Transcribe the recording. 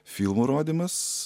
filmų rodymas